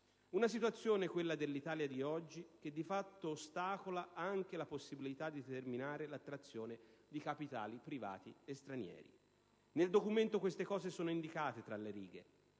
Una situazione, quella dell'Italia di oggi, che di fatto ostacola anche la possibilità di determinare l'attrazione di capitali privati e stranieri. Nel documento queste cose sono indicate tra le righe,